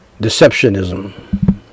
deceptionism